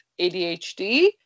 ADHD